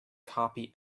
copy